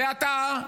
ואתה,